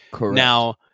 Now